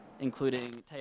including